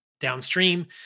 downstream